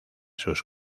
sus